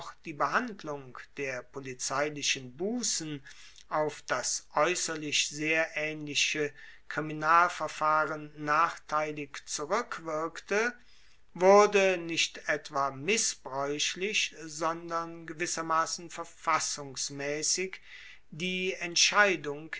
die behandlung der polizeilichen bussen auf das aeusserlich sehr aehnliche kriminalverfahren nachteilig zurueckwirkte wurde nicht etwa missbraeuchlich sondern gewissermassen verfassungsmaessig die entscheidung